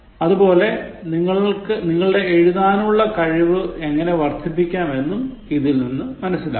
അതുപോലെ നിങ്ങളുടെ എഴുതാനുള്ള കഴിവ് എങ്ങനെ വർദ്ധിപ്പിക്കാം എന്നും ഇതിൽ നിന്ന് മനസിലാക്കാം